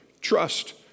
trust